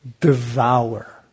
Devour